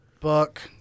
book